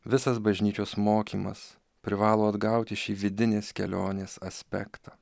visas bažnyčios mokymas privalo atgauti šį vidinės kelionės aspektą